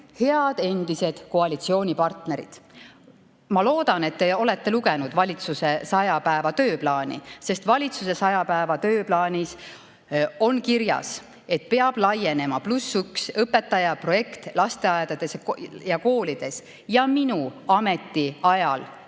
head endised koalitsioonipartnerid! Ma loodan, et te olete lugenud valitsuse 100 päeva tööplaani, sest selles tööplaanis on kirjas, et peab laienema "+1 õpetaja" projekt lasteaedades ja koolides. Ja minu ametiajal